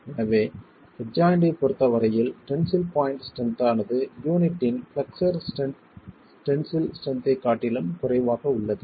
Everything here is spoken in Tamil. எனவே ஹெட் ஜாய்ண்ட்டைப் பொறுத்த வரையில் டென்சில் பாண்ட் ஸ்ட்ரென்த் ஆனது யூனிட்டின் பிளெக்ஸ்ஸர் டென்சில் ஸ்ட்ரென்த்தைக் காட்டிலும் குறைவாக உள்ளது